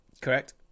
Correct